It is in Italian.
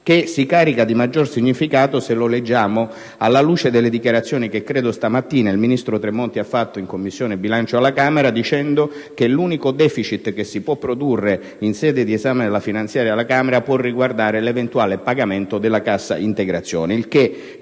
che si carica di maggior significato se lo leggiamo alla luce delle dichiarazioni che - questa mattina, mi pare - il ministro Tremonti ha fatto in Commissione bilancio alla Camera, dicendo che l'unico deficit che si può produrre in sede di esame della finanziaria alla Camera può riguardare l'eventuale pagamento della cassa integrazione.